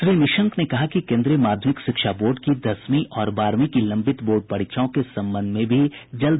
श्री निशंक ने कहा कि केन्द्रीय माध्यमिक शिक्षा बोर्ड की दसवीं और बारहवीं की लंबित बोर्ड परीक्षाओं के संबंध में भी जल्दी ही निर्णय लिया जाएगा